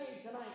tonight